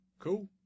Cool